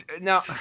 now